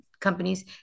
companies